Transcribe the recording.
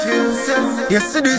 Yesterday